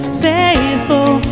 faithful